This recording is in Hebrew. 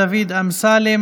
דוד אמסלם,